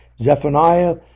Zephaniah